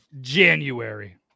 January